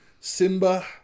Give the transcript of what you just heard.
Simba